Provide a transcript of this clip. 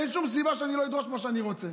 אין שום סיבה שאני לא אדרוש מה שאני רוצה.